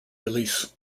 release